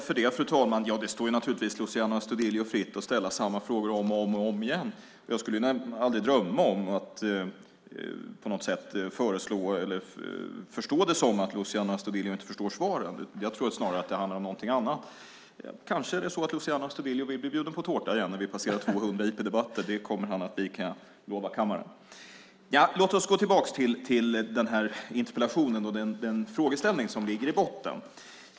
Fru talman! Det står naturligtvis Luciano Astudillo fritt att ställa samma frågor om och om igen. Jag skulle aldrig drömma om att på något sätt föreslå eller förstå det som att Luciano Astudillo inte förstår svaret. Jag tror att det snarare handlar om något annat. Kanske vill Luciano Astudillo bli bjuden på tårta igen, när vi passerat 200 interpellationsdebatter. Det kommer han att bli kan jag lova kammaren. Låt oss gå tillbaka till interpellationen och den frågeställning som ligger i botten.